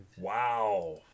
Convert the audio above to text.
Wow